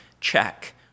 check